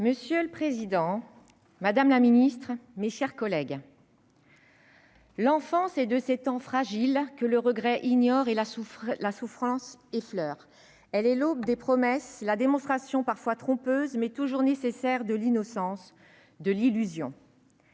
Monsieur le président, madame la secrétaire d'État, mes chers collègues, l'enfance est de ces temps fragiles que le regret ignore et la souffrance effleure. Elle est l'aube des promesses, la démonstration, parfois trompeuse, mais toujours nécessaire, de l'innocence, de l'illusion.